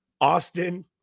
Austin